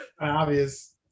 Obvious